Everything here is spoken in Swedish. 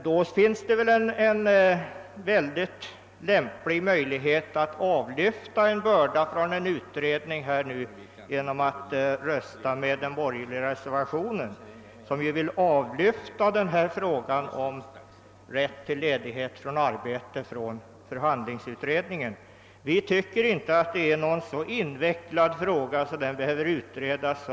Då har ni väl möjligheten att avlyfta en börda från en utredning genom att rösta på den borgerliga reservationen, som går ut på att utesluta frågan om rätt till ledighet från arbete från förhandlingsutredningen. Vi anser inte att den frågan är så invecklad att den speciellt behöver utredas.